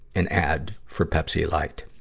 an ad for pepsi light.